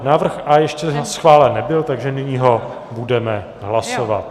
Návrh A ještě schválen nebyl, takže nyní ho budeme hlasovat.